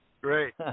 Great